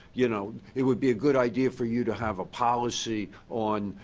you know it would be a good idea for you to have a policy on,